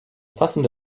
passende